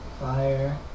fire